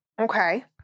Okay